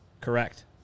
Correct